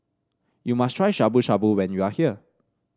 you must try Shabu Shabu when you are here